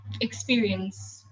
experience